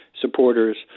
supporters